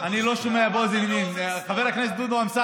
חילקתם חיסונים חינם?